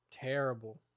terrible